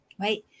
right